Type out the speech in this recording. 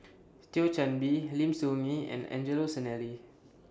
Thio Chan Bee Lim Soo Ngee and Angelo Sanelli